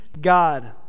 God